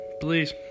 Please